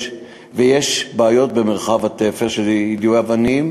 יש במרחב התפר בעיות של יידויי אבנים.